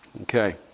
okay